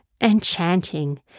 Enchanting